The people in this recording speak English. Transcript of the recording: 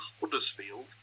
Huddersfield